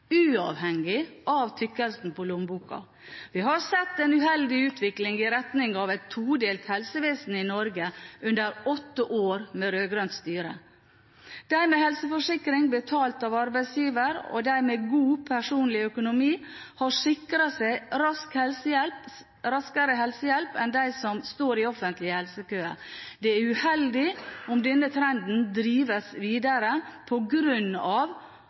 uavhengig av tykkelsen på lommeboka. Vi har sett en uheldig utvikling i retning av et todelt helsevesen i Norge under åtte år med rød-grønt styre. De med helseforsikring betalt av arbeidsgiver og de med god personlig økonomi har sikret seg raskere helsehjelp enn de som står i offentlig helsekø. Det er uheldig om denne trenden drives videre